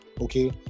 okay